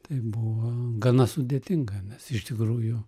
tai buvo gana sudėtinga nes iš tikrųjų